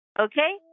Okay